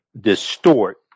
distort